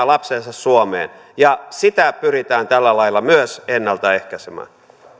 lapsensa suomeen ja sitä pyritään tällä lailla myös ennaltaehkäisemään